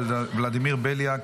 ולדימיר בליאק,